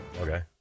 Okay